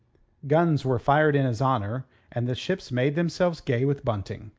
guns were fired in his honour and the ships made themselves gay with bunting.